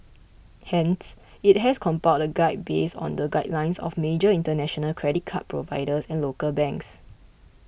hence it has compiled a guide based on the guidelines of major international credit card providers and local banks